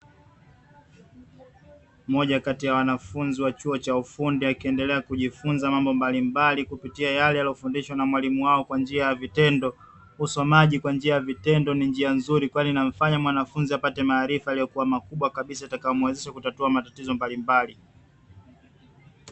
Mmoja kati ya wanafunzi wa chuo cha ufundi, akiendelea kujifunza mambo mbalimbali kupitia yale aliyofundishwa na mwalimu wao kwa vitendo. Usomaji kwa njia ya vitendo ni njia nzuri, ambayo inamfanya mwanafunzi apate maarifa yaliyokuwa makubwa kabisa, yatakayomuwezesha kutatua matatizo mbalimbali.